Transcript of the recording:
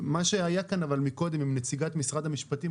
מה שהיה כאן אבל מקודם עם נציגת משרד המשפטים,